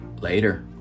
Later